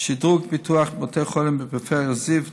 שדרוג ופיתוח של בתי החולים בפריפריה: זיו,